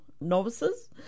novices